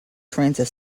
transit